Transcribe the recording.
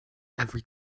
every